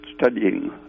studying